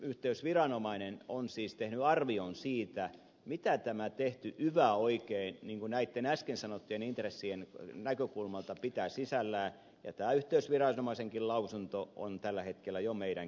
yhteysviranomainen on siis tehnyt arvion siitä mitä tämä tehty yva oikein niin kuin näitten äsken sanottujen intressien näkökulmalta pitää sisällään ja tämä yhteysviranomaisenkin lausunto on siis tällä hetkellä jo meidän käytössämme